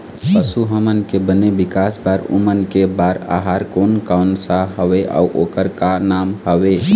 पशु हमन के बने विकास बार ओमन के बार आहार कोन कौन सा हवे अऊ ओकर का नाम हवे?